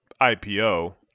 IPO